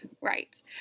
Right